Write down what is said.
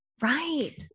Right